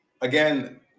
again